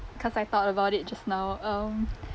cause I thought about it just now um